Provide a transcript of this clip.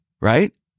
right